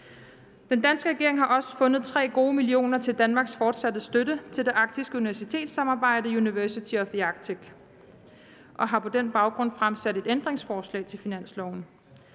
Den danske regering har også fundet tre gode millioner til Danmarks fortsatte støtte til det arktiske universitetssamarbejde University of the Arctic, UArctic, og har på den baggrund stillet et ændringsforslag til finansloven.